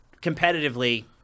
competitively